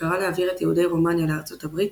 שקרא להעביר את יהודי רומניה לארצות הברית,